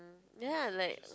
ya like